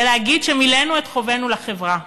ולהגיד שמילאנו את חובנו לחברה.